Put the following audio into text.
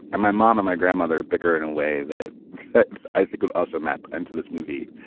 and my mom and my grandmother bicker in a way that i could also map into this movie.